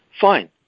Fine